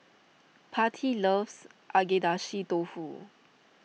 Patti loves Agedashi Dofu